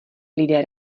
lidé